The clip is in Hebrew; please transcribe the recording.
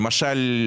למשל,